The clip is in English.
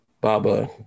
Baba